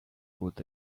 good